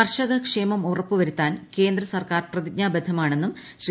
കർഷക ക്ഷേമം ഉറപ്പുവരുത്താൻ കേന്ദ്ര സർക്കാർ പ്രതിജ്ഞാബദ്ധമാണെന്നും ശ്രീ